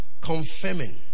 confirming